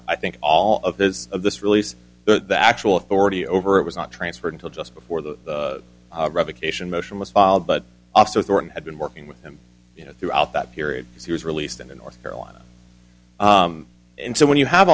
i think all of this of this release the actual authority over it was not transferred until just before the revocation motion was filed but also thorton had been working with him you know throughout that period as he was released and in north carolina and so when you have